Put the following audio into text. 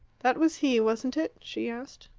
that was he, wasn't it? she asked.